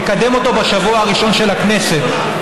נקדם אותו בשבוע הראשון של הכנסת,